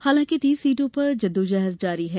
हालांकि तीस सीटों पर जद्दोजहद जारी है